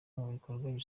bakora